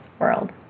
world